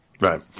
Right